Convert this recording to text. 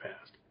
fast